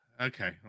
Okay